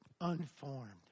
unformed